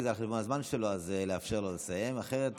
נשיא בית המשפט העליון אמר שהיא